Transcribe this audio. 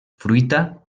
fruita